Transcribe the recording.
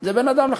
זה בין אדם לחברו.